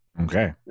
Okay